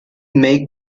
make